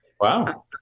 wow